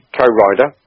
co-writer